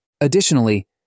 Additionally